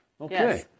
Okay